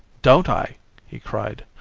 don't i he cried.